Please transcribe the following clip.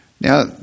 Now